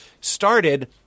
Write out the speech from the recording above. started